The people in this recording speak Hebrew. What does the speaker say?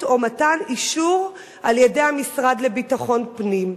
או מתן אישור על-ידי המשרד לביטחון פנים.